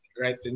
right